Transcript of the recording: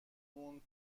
موند